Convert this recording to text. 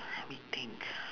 let me think